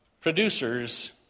Producers